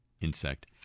insect